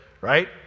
right